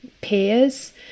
peers